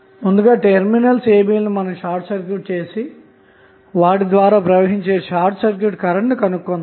ముందుగా terminals a b లను short circuit చేసి వాటి ద్వారా ప్రవహించే షార్ట్ సర్క్యూట్ కరెంట్ను కనుగొందాము